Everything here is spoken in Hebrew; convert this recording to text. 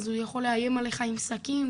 אז הוא יכול לאיים עלייך עם סכין.